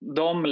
de